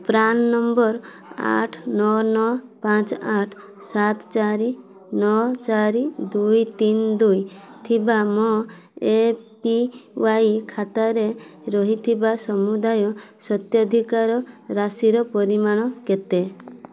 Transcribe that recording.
PRAN number ଆଠ ନଅ ନଅ ପାଞ୍ଚ ଆଠ ସାତ ଚାରି ନଅ ଚାରି ଦୁଇ ତିନି ଦୁଇ ଦୁଇଥିବା ମୋ ଏ ପି ୱାଇ ଖାତାରେ ରହିଥିବା ସମୁଦାୟ ସ୍ୱତ୍ୱାଧିକାର ରାଶିର ପରିମାଣ କେତେ